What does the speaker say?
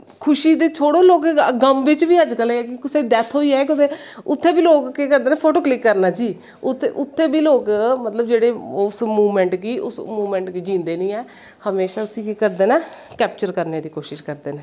खुशी ते छोड़ो गम बिच्च बी अज कल किसे दा डैथ होई जाए कुते उत्थें बी लोग केह् करदे नै फोटो क्लिक करदे नै उत्थें बी लोग मतलव जे उस मूमैंट गी जींदे नी हैं हमेशा उसी केह् करदे नै कैप्चर करनें दी कोशिश करदे नै